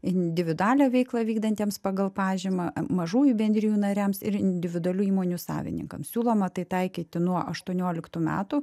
individualią veiklą vykdantiems pagal pažymą mažųjų bendrijų nariams ir individualių įmonių savininkams siūloma taikyti nuo aštuonioliktų metų